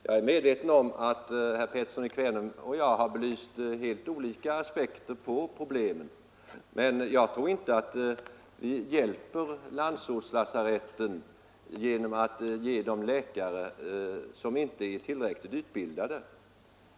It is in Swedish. Jag är medveten om att herr Pettersson i Kvänum och jag har belyst helt olika aspekter på problemet, men jag tror inte att man hjälper landsortslasaretten genom att ge dem läkare som inte är tillräckligt utbildade.